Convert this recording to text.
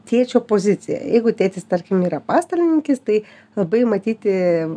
tėčio poziciją jeigu tėtis tarkim yra pastalininkis tai labai matyti